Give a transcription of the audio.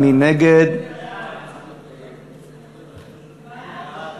להצביע על הסתייגות לסעיף